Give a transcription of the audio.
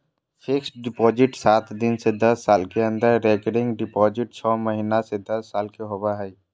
fixed deposit सात दिन से दस साल के आर रेकरिंग डिपॉजिट छौ महीना से दस साल के होबय हय